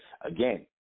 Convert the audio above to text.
again